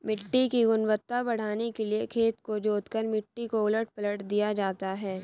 मिट्टी की गुणवत्ता बढ़ाने के लिए खेत को जोतकर मिट्टी को उलट पलट दिया जाता है